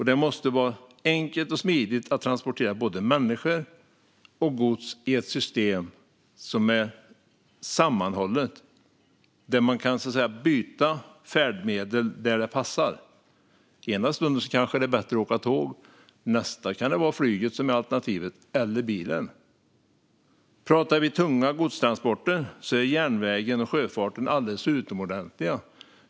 Det måste också vara enkelt och smidigt att transportera både människor och gods i ett system som är sammanhållet och där man kan byta färdmedel där det passar. Ena stunden är det kanske bättre att åka tåg. Nästa stund kan flyget eller bilen vara det bästa alternativet. Om vi pratar om tunga godstransporter är järnvägen och sjöfarten alldeles utomordentliga.